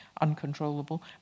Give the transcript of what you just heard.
uncontrollable